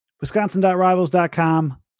wisconsin.rivals.com